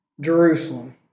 Jerusalem